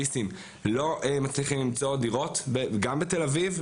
ביסים לא מצליחים למצוא דירות גם בתל אביב.